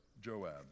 Joab